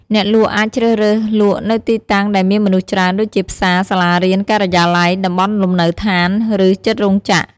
អ្នកលក់អាចជ្រើសរើសលក់នៅទីតាំងដែលមានមនុស្សច្រើនដូចជាផ្សារ សាលារៀន ការិយាល័យ តំបន់លំនៅដ្ឋាន ឬជិតរោងចក្រ។